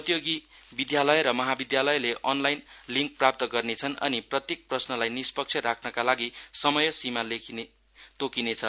प्रतियोगि विद्यालय र महाविद्यावयले अनलाइन लिङ्क प्राप्त गर्नेछन् अनि प्रत्येक प्रश्नलाई निष्पक्ष राख्नका लागि समय सीमा तोकिनेछ